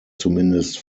zumindest